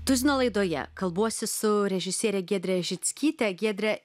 tuzino laidoje kalbuosi su režisiere giedre žickyte giedre